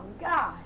God